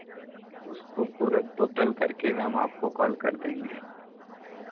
उसको पूरा टोटल करके हम आपको कॉल कर देंगे